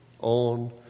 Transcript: on